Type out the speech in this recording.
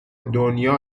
دنیا